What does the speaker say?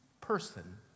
person